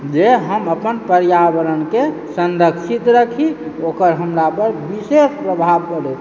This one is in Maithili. जे हम अपन पर्यावरणके संरक्षित रखी ओकर हमरा पर विशेष प्रभाव पड़ैत यऽ